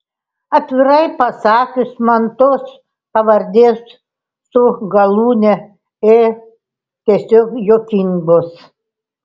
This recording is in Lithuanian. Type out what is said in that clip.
atvirai pasakius man tos pavardės su galūne ė tiesiog juokingos